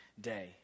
day